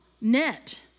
net